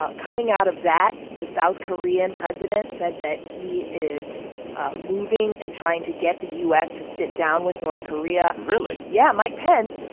ah coming out of that, the south korean president said that he is moving and trying to get the u s. to sit down with north korea really? yeah, mike pence,